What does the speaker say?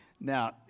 Now